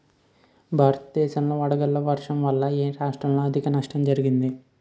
భారతదేశం లో వడగళ్ల వర్షం వల్ల ఎ రాష్ట్రంలో అధిక నష్టం జరిగింది?